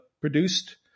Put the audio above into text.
produced